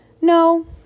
No